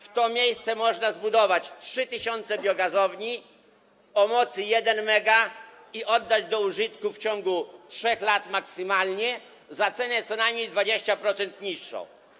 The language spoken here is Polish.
W to miejsce można zbudować 3 tys. biogazowni o mocy 1 M i oddać do użytku w ciągu 3 lat maksymalnie za cenę co najmniej o 20% niższą.